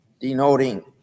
denoting